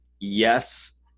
yes